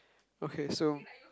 okay so